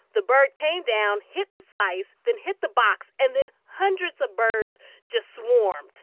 the bird came down, hit the slice, then hit the box, and then hundreds of birds just swarmed